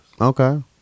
Okay